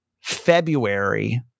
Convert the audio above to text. February